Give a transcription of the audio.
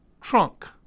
trunk